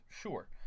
Sure